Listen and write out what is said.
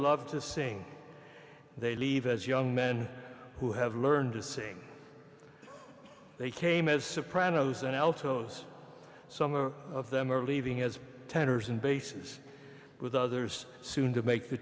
love to sing they leave as young men who have learned to sing they came as sopranos and altos some are of them are leaving as tenors and bases with others soon to make the